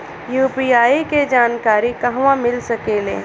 UPI के जानकारी कहवा मिल सकेले?